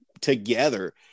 together